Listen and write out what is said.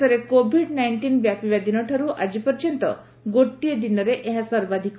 ଦେଶରେ Covid nineteen ବ୍ୟାପିବା ଦିନଠାରୁ ଆକିପର୍ଯ୍ୟନ୍ତ ଗୋଟିଏ ଦିନରେ ଏହା ସର୍ବାଧିକ